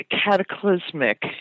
cataclysmic